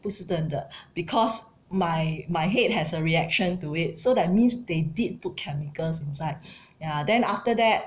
不是真的 because my my head has a reaction to it so that means they did put chemicals inside ya then after that